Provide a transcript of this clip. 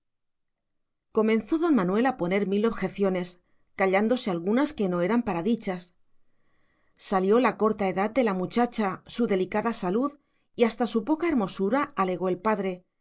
comenzó don manuel a poner mil objeciones callándose algunas que no eran para dichas salió la corta edad de la muchacha su delicada salud y hasta su poca hermosura alegó el padre